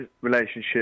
relationship